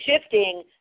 shifting